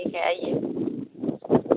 ठीक है आइए